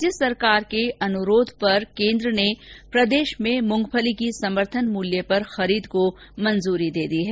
राज्य सरकार के अनुरोध पर केन्द्र ने प्रदेश में मूंगफली की समर्थन मूल्य पर खरीद को मंजूरी दे दी है